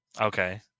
Okay